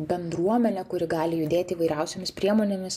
bendruomenę kuri gali judėti įvairiausiomis priemonėmis